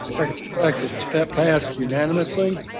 record reflect that's passed unanimously.